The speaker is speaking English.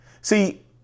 See